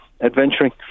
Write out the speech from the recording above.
adventuring